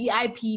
VIP